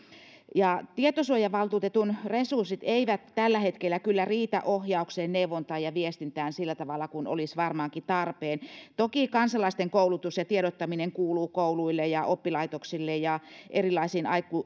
tietosuojavaltuutetun resurssit eivät tällä hetkellä kyllä riitä ohjaukseen neuvontaan ja viestintään sillä tavalla kuin olisi varmaankin tarpeen toki kansalaisten koulutus ja tiedottaminen kuuluu kouluille oppilaitoksille ja erilaisille